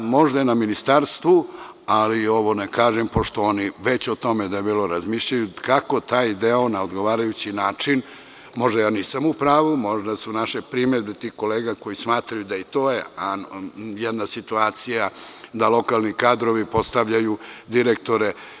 Možda je na ministarstvu, ali ovo ne kažem, pošto oni o tome već debelo razmišljaju, kako taj deo na odgovarajući način, možda ja nisam u pravu, možda su naše primedbe, tih kolega koje smatraju da je to jedna situacija, da lokalni kadrovi postavljaju direktore.